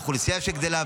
האוכלוסייה שגדלה.